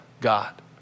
God